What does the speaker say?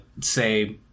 say